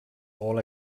all